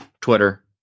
Twitter